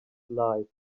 life